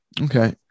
okay